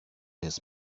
his